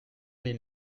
mais